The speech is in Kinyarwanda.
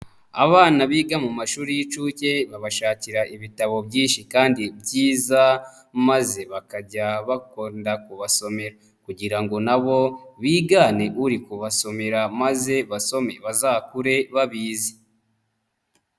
Abana biga mu mashuri y'incuke babashakira ibitabo byinshi kandi byiza maze bakajya bakunda kubasomera kugira ngo nabo bigane uri kubasomera maze basome bazakure babizi.